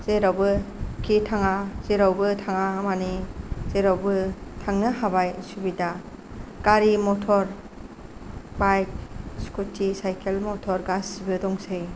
जेरावखि थाङा जेराव थाङा माने जेरावबो थांनो हाबाय सुबिदा गारि मथर बाइक स्कुटि साइकेल मथर गासैबो दंसै